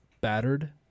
battered